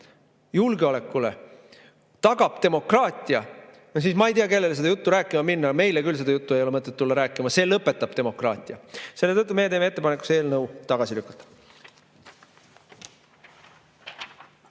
julgeoleku[jõududele] tagab demokraatia, no siis ma ei tea, kellele seda juttu rääkima minna. Meile küll seda juttu ei ole mõtet tulla rääkima. See lõpetab demokraatia. Selle tõttu meie teeme ettepaneku see eelnõu tagasi lükata.